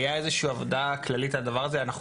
הייתה איזושהי עבודה כללית על הדבר הזה ואנחנו